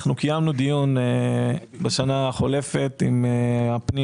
קיימנו דיון בשנה החולפת עם הפנים